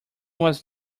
was